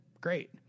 great